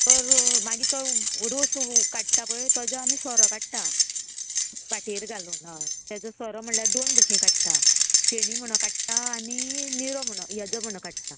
तर मागीर तो रोस काडटा पय तेजो आमी सोरो काडटा पाटेर घालून हय तेजो सोरो म्हणल्यार दोन भशेन काडटा फेणी म्हणोन काडटा आनी निरो म्हणो हेजो म्हणो काडटा